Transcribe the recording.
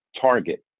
target